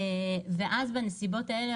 ואז בנסיבות האלה,